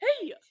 Hey